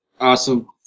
Awesome